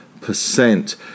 percent